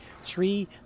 Three